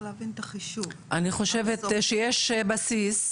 אני חושבת שיש בסיס,